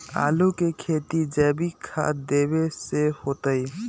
आलु के खेती जैविक खाध देवे से होतई?